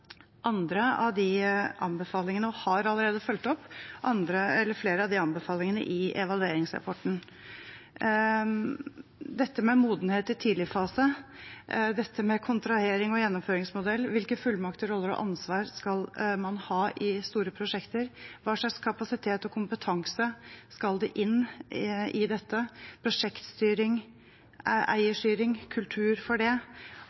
andre av de anbefalingene, og vi har allerede fulgt opp flere av anbefalingene i evalueringsrapporten. Til modenhet i tidligfasen, kontrahering og gjennomføringsmodell, hvilke fullmakter, roller og ansvar man skal ha i store prosjekter, hva slags kapasitet og kompetanse som skal inn i dette, prosjektstyring, eierstyring, kultur for det,